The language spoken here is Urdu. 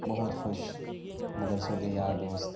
بہت خوش مدرسوں کے یار دوست